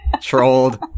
Trolled